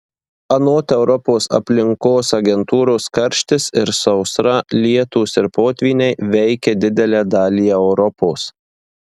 anot europos aplinkos agentūros karštis ir sausra lietūs ir potvyniai veikia didelę dalį europos